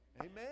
Amen